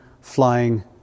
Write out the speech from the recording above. flying